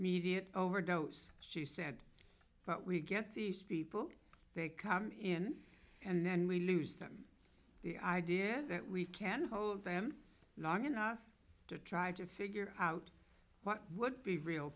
media overdose she said but we get these people they come in and then we lose them the idea that we can hold them long enough to try to figure out what would be real